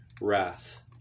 wrath